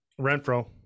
Renfro